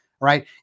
right